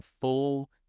full